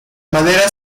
madera